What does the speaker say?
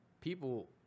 People